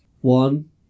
One